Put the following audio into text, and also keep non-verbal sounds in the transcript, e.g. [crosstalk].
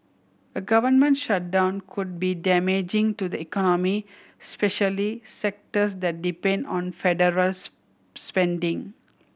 a government shutdown could be damaging to the economy especially sectors that depend on federal [unintelligible] spending